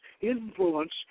influence